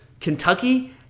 Kentucky